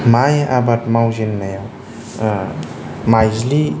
माइ आबाद मावजेननायाव माइज्लि